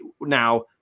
Now